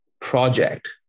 project